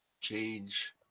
change